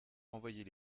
envoyer